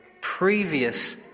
previous